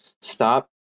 stop